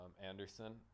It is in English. Anderson